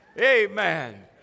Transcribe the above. Amen